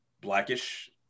blackish